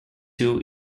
two